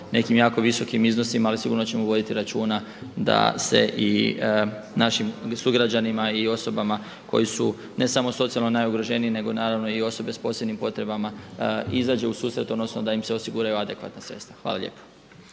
nekim jako visokim iznosima, ali sigurno ćemo voditi računa da se i našim sugrađanima i osobama koji su ne samo socijalno najugroženiji nego naravno i osobe sa posebnim potrebama izađe u susret, odnosno da im se osiguraju adekvatna sredstva. **Jandroković,